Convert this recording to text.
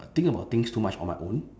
think about things too much on my own